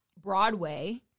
Broadway